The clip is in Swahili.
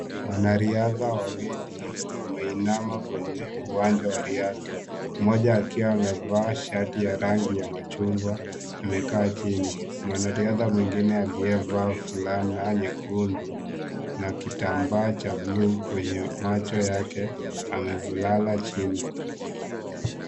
Wanariadha wawili wameinama kwenye uwanja wa riadha. Mmoja akiwa amevaa shati ya rangi ya machungwa amekaa chini. Mwanariadha mwingine aliyevaa fulana nyekundu na kitambaa cha bluu kwenye macho yake amelala chini.